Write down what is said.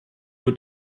wird